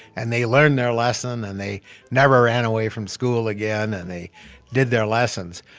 and they learned their lesson, and they never ran away from school again. and they did their lessons.